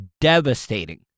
devastating